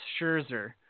Scherzer